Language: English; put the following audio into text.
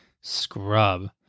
scrub